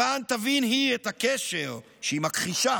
למען תבין היא את הקשר, שהיא מכחישה,